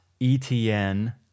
ETN